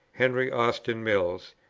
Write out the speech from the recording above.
henry austin mills,